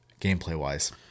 gameplay-wise